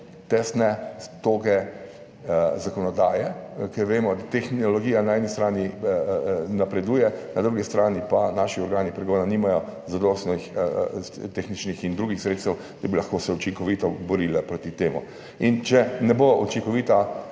tesne, toge zakonodaje, ker vemo, da tehnologija na eni strani napreduje, na drugi strani pa naši organi pregona nimajo zadostnih tehničnih in drugih sredstev, da bi se lahko učinkovito borila proti temu. In če služba ne bo učinkovita